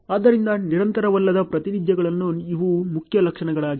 ಆದ್ದರಿಂದ ನಿರಂತರವಲ್ಲದ ಪ್ರಾತಿನಿಧ್ಯಗಳಲ್ಲಿ ಇವು ಮುಖ್ಯ ಲಕ್ಷಣಗಳಾಗಿವೆ